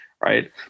Right